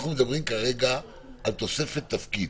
אנחנו מדברים כרגע על תוספת תפקיד.